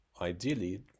ideally